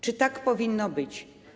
Czy tak powinno być?